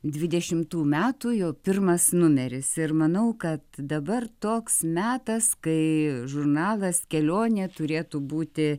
dvidešimtų metų jo pirmas numeris ir manau kad dabar toks metas kai žurnalas kelionė turėtų būti